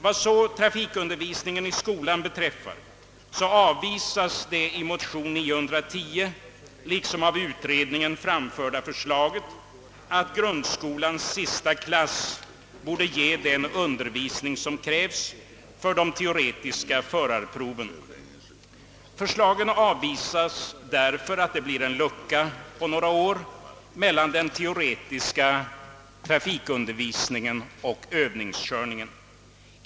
Vad så trafikundervisningen i skolan beträffar avvisas det i motion 910 liksom av utredningen framförda försla get, att grundskolans sista klass skall ge den undervisning som krävs för de teoretiska förarproven. Förslaget avvisas därför att det blir en lucka på några år mellan den teoretiska trafikundervisningen och övningskörningen.